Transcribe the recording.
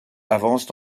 avancent